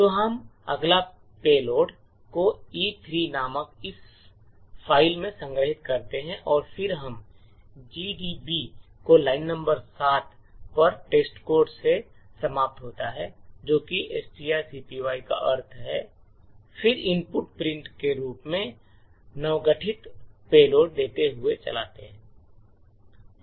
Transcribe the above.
तो हम अगला पेलोड को E3 नामक इस फ़ाइल में संग्रहीत करते हैं और फिर हम GDB को लाइन नंबर 7 पर टेस्टकोड से समाप्त होता है जो कि strcpy का अंत है और फिर इनपुट के रूप में नवगठित पेलोड देते हुए चलता है